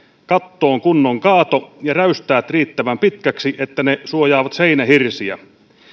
kattoon kunnon kaato ja räystäät riittävän pitkiksi että ne suojaavat seinähirsiä